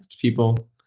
people